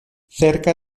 cerca